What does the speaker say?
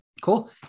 Cool